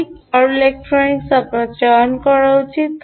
সঠিক power electronics আপনার চয়ন করা উচিত